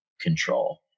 control